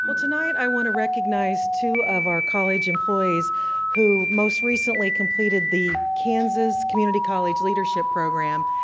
but tonight i want to recognize two of our college employees who most recently completed the kansas community college leadership program.